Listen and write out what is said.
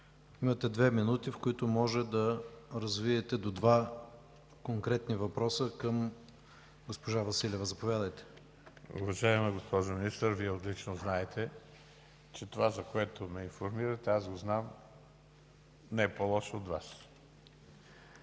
имате 2 минути, в които можете да развиете до два конкретни въпроса към госпожа Василева. Заповядайте. ГЕОРГИ БОЖИНОВ (БСП ЛБ): Уважаема госпожо Министър, Вие отлично знаете, че това, за което ме информирате, аз го знам не по-лошо от Вас.